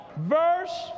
verse